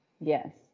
yes